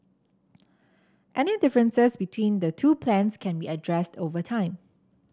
any differences between the two plans can be addressed over time